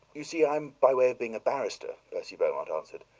you see i'm by way of being a barrister, percy beaumont answered.